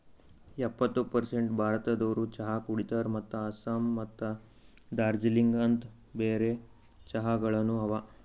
ಎಪ್ಪತ್ತು ಪರ್ಸೇಂಟ್ ಭಾರತದೋರು ಚಹಾ ಕುಡಿತಾರ್ ಮತ್ತ ಆಸ್ಸಾಂ ಮತ್ತ ದಾರ್ಜಿಲಿಂಗ ಅಂತ್ ಬೇರೆ ಚಹಾಗೊಳನು ಅವಾ